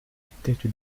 tête